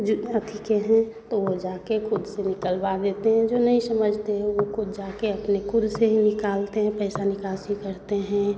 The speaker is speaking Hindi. जो अथि के हैं तो वह जाकर खुद से निकलवा देते हैं जो नहीं समझते हैं वह खुद जाकर अपने कुर से ही निकालते हैं पैसा निकासी करते हैं